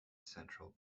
central